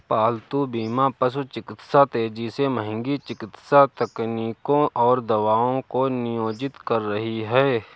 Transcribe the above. पालतू बीमा पशु चिकित्सा तेजी से महंगी चिकित्सा तकनीकों और दवाओं को नियोजित कर रही है